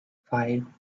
five